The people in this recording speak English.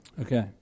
Okay